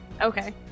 Okay